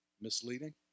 misleading